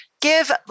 Give